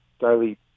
daily